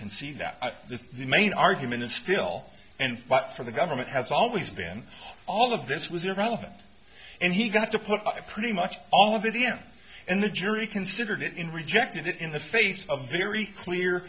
concede that this the main argument is still and for the government has always been all of this was irrelevant and he got to put up a pretty much all of the end and the jury considered it in rejected it in the face of very clear